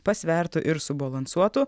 pasvertu ir subalansuotu